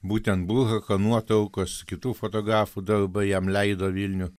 būtent bulhako nuotraukos kitų fotografų darbai jam leido vilnių